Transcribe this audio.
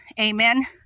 Amen